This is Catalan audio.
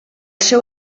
seu